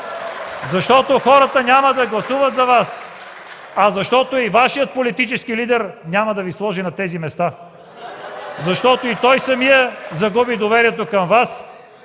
Защото хората няма да гласуват за Вас, а и защото Вашият политически лидер няма да Ви сложи на тези места. Защото и той самият загуби доверието към Вас.